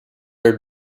are